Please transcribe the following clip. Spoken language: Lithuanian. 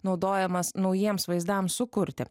naudojamas naujiems vaizdams sukurti